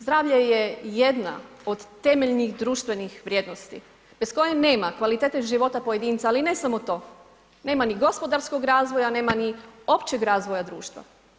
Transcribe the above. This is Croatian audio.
Zdravlje je jedna od temeljnih društvenih vrijednosti bez koje nema kvalitete života pojedinca, ali ne samo to, nema ni gospodarskog razvoja, nema ni općeg razvoja društva.